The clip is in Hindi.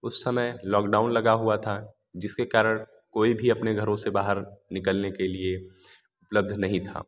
उस समय लॉकडाउन लगा हुआ था जिसके कारण कोई भी अपने घरों से बाहर निकलने के लिए उपलब्ध नहीं था